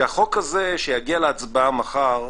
שהחוק הזה, שיגיע להצבעה מחר,